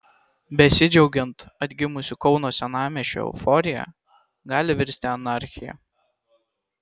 besidžiaugiant atgimusiu kauno senamiesčiu euforija gali virsti anarchija